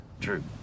True